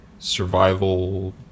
survival